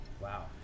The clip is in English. Wow